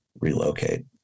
relocate